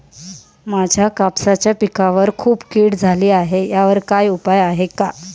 माझ्या कापसाच्या पिकावर खूप कीड झाली आहे यावर काय उपाय आहे का?